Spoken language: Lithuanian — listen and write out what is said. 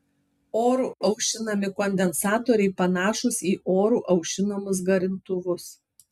oru aušinami kondensatoriai panašūs į oru aušinamus garintuvus